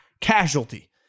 casualty